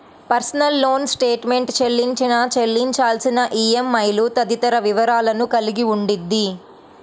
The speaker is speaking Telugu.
పర్సనల్ లోన్ స్టేట్మెంట్ చెల్లించిన, చెల్లించాల్సిన ఈఎంఐలు తదితర వివరాలను కలిగి ఉండిద్ది